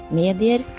medier